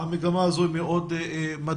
המגמה הזו היא מאוד מדאיגה,